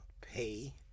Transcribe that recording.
pay